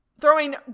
Throwing